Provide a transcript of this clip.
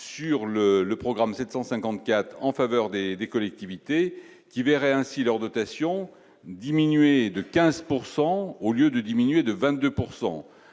sur le le programme 754 en faveur des des collectivités qui verraient ainsi leur dotation diminuer de 15 pourcent au lieu de diminuer de 22